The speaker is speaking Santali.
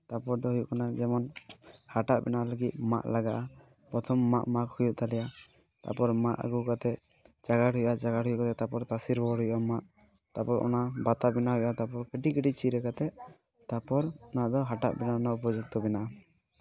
ᱛᱟᱨᱯᱚᱨ ᱫᱚ ᱦᱩᱭᱩᱜ ᱠᱟᱱᱟ ᱡᱮᱢᱚᱱ ᱦᱟᱴᱟᱜ ᱵᱮᱱᱟᱣ ᱞᱟᱹᱜᱤᱫ ᱢᱟᱜ ᱞᱟᱜᱟᱜᱼᱟ ᱯᱨᱚᱛᱷᱚᱢ ᱢᱟᱜ ᱢᱟᱜᱽ ᱦᱩᱭᱩᱜ ᱛᱟᱞᱮᱭᱟ ᱛᱟᱨᱯᱚᱨ ᱢᱟᱜ ᱟᱹᱜᱩ ᱠᱟᱛᱮ ᱪᱟᱸᱜᱟᱲ ᱦᱩᱭᱩᱜᱼᱟ ᱛᱟᱨᱯᱚᱨ ᱛᱟᱥᱮ ᱨᱚᱦᱚᱲ ᱦᱩᱭᱩᱜᱼᱟ ᱢᱟᱜ ᱛᱟᱨᱯᱚᱨ ᱚᱱᱟ ᱵᱟᱛᱟ ᱵᱮᱱᱟᱣ ᱦᱩᱭᱩᱜᱼᱟ ᱛᱟᱨᱯᱚᱨ ᱠᱟᱹᱴᱤᱡ ᱠᱟᱹᱴᱤᱡ ᱪᱤᱨᱟᱹ ᱠᱟᱛᱮ ᱛᱟᱨᱯᱚᱨ ᱚᱱᱟᱫᱚ ᱦᱟᱴᱟᱜ ᱩᱯᱚᱡᱩᱠᱛᱚ ᱵᱮᱱᱟᱜᱼᱟ